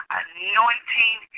anointing